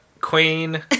queen